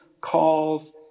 calls